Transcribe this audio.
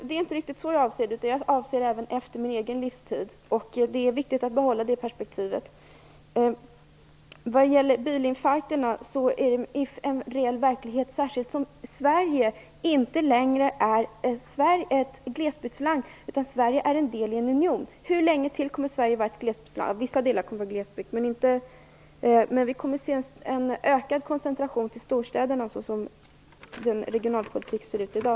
Det är inte riktigt det jag avser, utan jag avser även tiden efter min egen livstid. Det är viktigt att behålla det perspektivet. Bilinfarkterna är en verklighet, särskilt som Sverige inte längre är ett glesbygdsland. Sverige är en del i en union. Hur länge till kommer Sverige att vara ett glesbygdsland? Till vissa delar kommer Sverige att vara det, men vi kommer att få se en ökad koncentration till storstäderna med den regionalpolitik som vi har i dag.